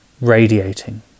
radiating